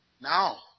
Now